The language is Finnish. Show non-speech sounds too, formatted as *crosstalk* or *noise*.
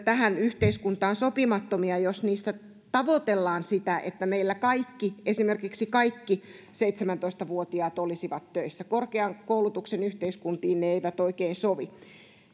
*unintelligible* tähän yhteiskuntaan sopimattomia jos niissä tavoitellaan sitä että meillä esimerkiksi kaikki seitsemäntoista vuotiaat olisivat töissä korkean koulutuksen yhteiskuntiin ne eivät oikein sovi